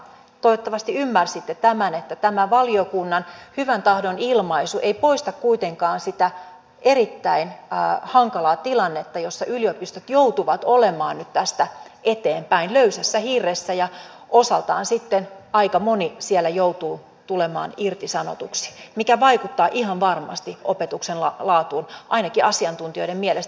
toivottavasti ymmärsitte tämän että tämä valiokunnan hyväntahdon ilmaisu ei poista kuitenkaan sitä erittäin hankalaa tilannetta jossa yliopistot joutuvat olemaan nyt tästä eteenpäin löysässä hirressä ja osaltaan sitten aika moni siellä joutuu tulemaan irtisanotuksi mikä vaikuttaa ihan varmasti opetuksen laatuun ainakin asiantuntijoiden mielestä